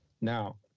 Now